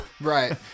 right